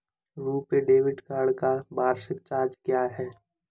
RuPay debit card का वार्षिक charge क्या है?